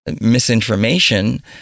misinformation